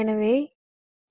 எனவே வி